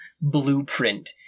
blueprint